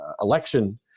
election